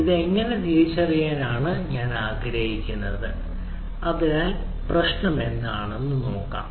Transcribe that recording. ഇത് എങ്ങനെ തിരിച്ചറിയാമെന്ന് കാണാൻ ആഗ്രഹിക്കുന്നു അതിനാൽ എന്താണ് പ്രശ്നം നോക്കാം